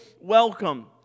welcome